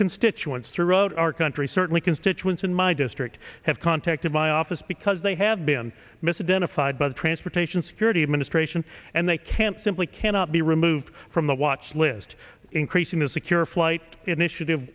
constituents throughout our country certainly constituents in my district have contacted my office because they have been mislead in a five by the transportation security administration and they can't simply cannot be removed from the watch list increasing the secure flight initiative